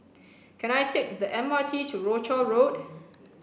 can I take the M R T to Rochor Road